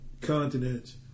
continents